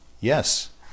Yes